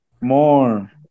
more